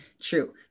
true